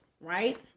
right